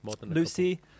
lucy